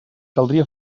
caldria